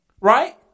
right